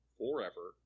forever